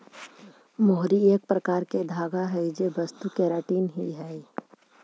मोहरी एक प्रकार के धागा हई जे वस्तु केराटिन ही हई